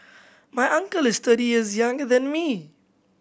my uncle is thirty years younger than me